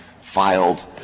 filed